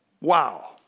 Wow